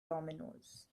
dominoes